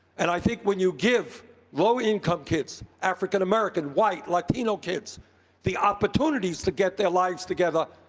and i think when you give low-income kids african-american, white, latino kids the opportunities to get their lives together,